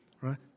Right